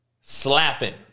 Slapping